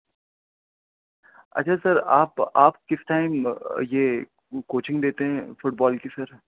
اچھا سر آپ آپ کس ٹائم یہ کوچنگ دیتے ہیں فٹ بال کی سر